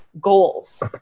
goals